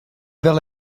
wel